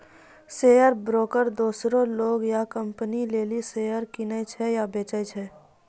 share broker दोसरो लोग या कंपनी लेली शेयर किनै छै या बेचै छै